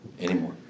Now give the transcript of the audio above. anymore